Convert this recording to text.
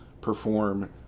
perform